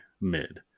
mid